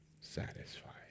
satisfied